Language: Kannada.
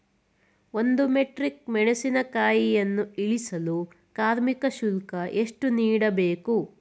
ಒಂದು ಮೆಟ್ರಿಕ್ ಮೆಣಸಿನಕಾಯಿಯನ್ನು ಇಳಿಸಲು ಕಾರ್ಮಿಕ ಶುಲ್ಕ ಎಷ್ಟು ನೀಡಬೇಕು?